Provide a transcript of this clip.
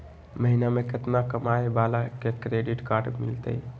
महीना में केतना कमाय वाला के क्रेडिट कार्ड मिलतै?